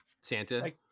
Santa